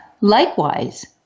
Likewise